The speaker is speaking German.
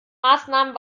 maßnahmen